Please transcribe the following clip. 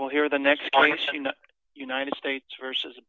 well here the next united states versus